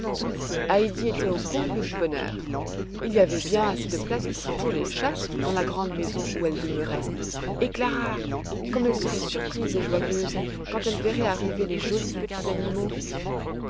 heidi était au comble du bonheur il y avait bien assez de place pour tous les chats dans la grande maison où elle demeurait et clara comme elle serait surprise et joyeuse quand elle verrait arriver les jolis petits animaux